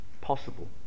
Possible